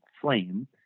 flame